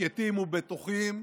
שקטים ובטוחים,